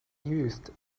used